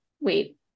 wait